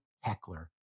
Heckler